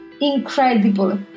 incredible